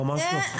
ממש לא.